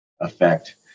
effect